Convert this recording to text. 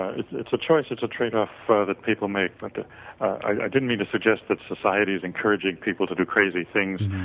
ah it's it's a choice, it's a trade off ah that people make but i didn't mean to suggest that society is encouraging people to do crazy things,